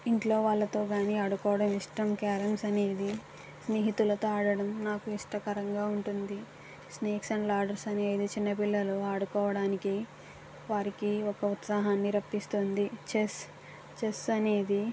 ఇంట్లో వాళ్ళతో కానీ ఆడుకోవడం ఇష్టం కారమ్స్ అనేది స్నేహితులతో ఆడడం నాకు ఇష్టకరంగా ఉంటుంది స్నేక్స్ అండ్ లాడర్స్ అనేది చిన్నపిల్లలు ఆడుకోవడానికి వారికి ఒక ఉత్సాహాన్ని రప్పిస్తుంది చెస్ చెస్ అనేది